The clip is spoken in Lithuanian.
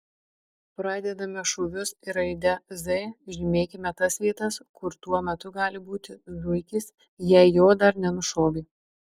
pradedame šūvius ir raide z žymėkime tas vietas kur tuo metu gali būti zuikis jei jo dar nenušovė